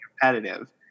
competitive